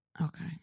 Okay